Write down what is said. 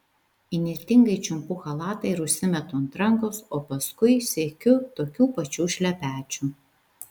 įnirtingai čiumpu chalatą ir užsimetu ant rankos o paskui siekiu tokių pačių šlepečių